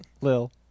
Lil